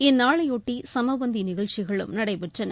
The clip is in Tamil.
இந்நாளையொட்டி சமபந்தி நிகழ்ச்சிகளும் நடைபெற்றன